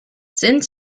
sind